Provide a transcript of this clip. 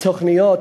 ותוכניות